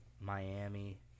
Miami